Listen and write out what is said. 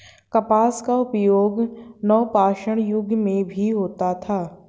कपास का उपयोग नवपाषाण युग में भी होता था